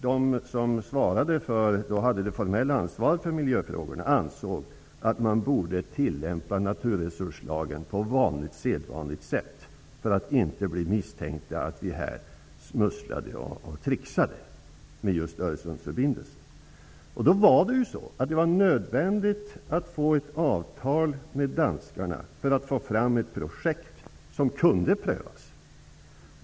De som hade det formella ansvaret för miljöfrågorna ansåg att man borde tillämpa naturresurslagen på sedvanligt sätt för att misstanken inte skulle uppstå att vi smusslade och trixade med Öresundsförbindelsen. Det var nödvändigt att ingå ett avtal med danskarna för att kunna få fram ett projekt som kunde prövas.